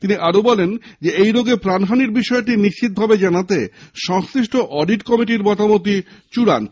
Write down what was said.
তিনি আরো বলেন ঐ রোগে প্রাণহানির বিষয়টি নিশ্চিতভাবে জানাতে সংশ্লিষ্ট অডিট কমিটির মতামতই চূড়ান্ত